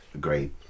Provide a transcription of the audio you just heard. great